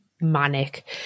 manic